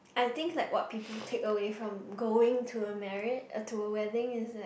I think like what people take away from going to a marria~ uh to a wedding is that